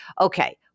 Okay